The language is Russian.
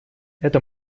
это